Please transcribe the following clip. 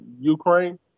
Ukraine